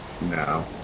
No